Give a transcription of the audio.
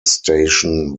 station